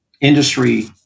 industry